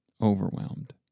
overwhelmed